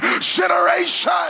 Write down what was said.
generation